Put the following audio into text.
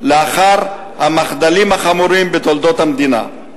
לאחד המחדלים החמורים בתולדות המדינה.